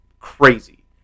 Crazy